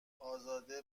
ازاده